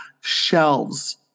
shelves